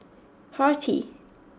Horti